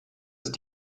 ist